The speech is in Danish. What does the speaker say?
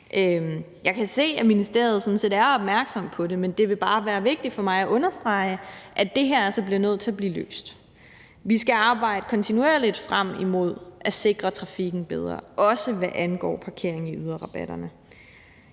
Jeg kan se, at ministeriet sådan set er opmærksom på det, men det vil bare være vigtigt for mig at understrege, at det her altså er nødt til at blive løst. Vi skal arbejde kontinuerligt frem imod at sikre trafikken bedre, også hvad angår parkering i yderrabatterne.